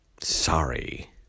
Sorry